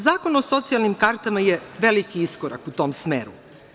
Zakon o socijalnim kartama je veliki iskorak u tom smeru.